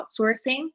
outsourcing